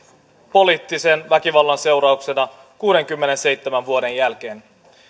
poliittisen väkivallan seurauksena kuudenkymmenenseitsemän vuoden jälkeen